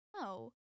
no